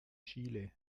chile